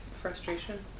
Frustration